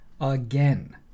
again